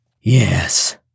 Yes